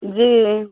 जी